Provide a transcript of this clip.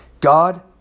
God